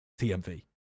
TMV